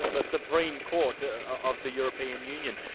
the supreme court ah of the european union.